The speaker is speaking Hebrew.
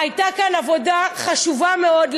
הייתה כאן עבודה חשובה מאוד,